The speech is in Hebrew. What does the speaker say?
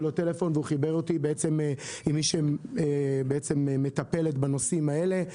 אליו טלפון והוא בעצם חיבר אותי עם מי שמטפלת בנושאים האלה.